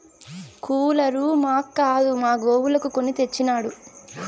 cooler మాక్కాదు మా గోవులకు కొని తెచ్చినాడు